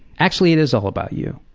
actually it is all about you.